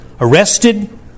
arrested